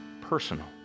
personal